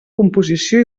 composició